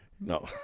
No